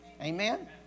Amen